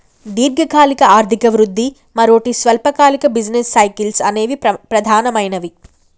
దీర్ఘకాలిక ఆర్థిక వృద్ధి, మరోటి స్వల్పకాలిక బిజినెస్ సైకిల్స్ అనేవి ప్రధానమైనవి